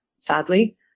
sadly